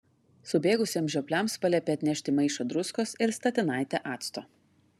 subėgusiems žiopliams paliepė atnešti maišą druskos ir statinaitę acto